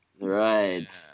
Right